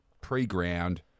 pre-ground